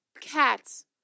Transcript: Cats